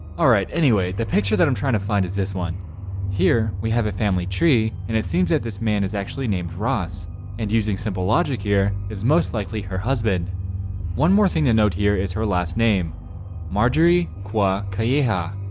alright, anyway the picture that i'm trying to find is this one here, we have a family tree and it seems that this man is actually named ross and using simple logic here is most likely her husband one more thing to note here is her last name marjorie qua. keha